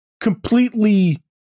completely